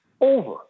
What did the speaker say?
over